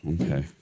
Okay